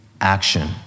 action